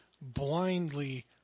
blindly